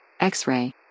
X-Ray